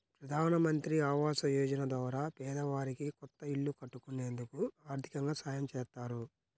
ప్రధానమంత్రి ఆవాస యోజన ద్వారా పేదవారికి కొత్త ఇల్లు కట్టుకునేందుకు ఆర్దికంగా సాయం చేత్తారు